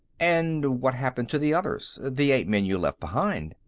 and what happened to the others the eight men you left behind?